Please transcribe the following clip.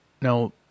Now